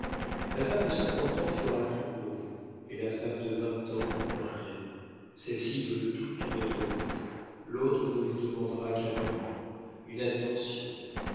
la femme de cinquante ans fera tout pour vous et la femme de vingt ans rien celle-ci veut toute votre vie l'autre ne vous demandera qu'un moment une attention